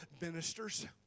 ministers